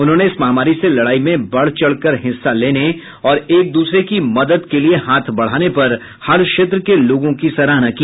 उन्होंने इस महामारी से लड़ाई में बढ़ चढ़कर हिस्सा लेने और एक दूसरे की मदद के लिए हाथ बढ़ाने पर हर क्षेत्र के लोगों की सराहना की